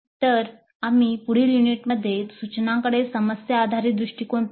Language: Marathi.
तर आम्ही पुढील युनिटमध्ये सूचनांकडे समस्या आधारित दृष्टीकोन पाहू